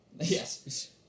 Yes